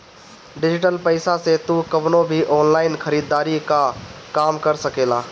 digital पईसा से तू कवनो भी ऑनलाइन खरीदारी कअ काम कर सकेला